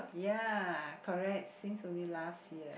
ya correct since only last year